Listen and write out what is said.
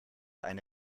eine